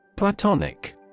Platonic